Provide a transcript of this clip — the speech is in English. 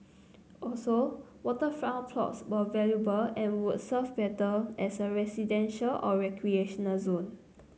also waterfront plots were valuable and would serve better as a residential or recreational zone